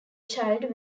child